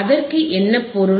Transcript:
அதற்கு என்ன பொருள்